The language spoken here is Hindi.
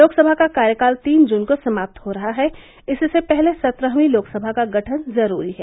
लोकसभा का कार्यकाल तीन जुन को समाप्त हो रहा है इससे पहले सत्रहवीं लोकसभा को गठन जरूरी है